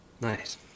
Nice